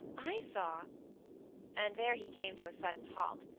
i saw and there he came to a sudden halt,